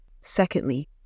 secondly